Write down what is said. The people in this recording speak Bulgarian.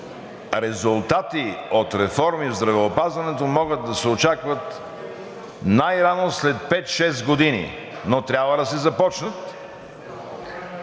резултати от реформи в здравеопазването могат да се очакват най-рано след 5 – 6 години, но трябва да се започнат,